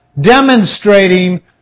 demonstrating